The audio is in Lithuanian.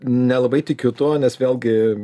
nelabai tikiu tuo nes vėlgi